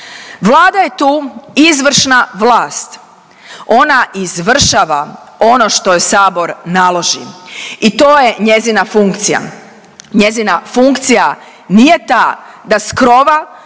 Vlada je tu izvršna vlast, ona izvršava ono što joj sabor naloži i to je njezina funkcija. Njezina funkcija nije ta da s krova